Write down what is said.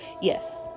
yes